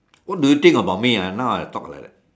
what do you think about me lah now I talk like that